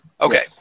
Okay